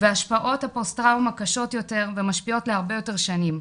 והשפעות הפוסט טראומה קשות יותר ומשפיעות ליותר הרבה שנים.